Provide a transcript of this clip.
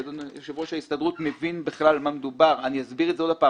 יושב-ראש ההסתדרות מבין בכלל במה מדובר אני אסביר זאת שוב.